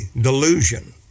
delusion